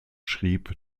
schrieb